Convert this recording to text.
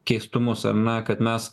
keistumus ar ne kad mes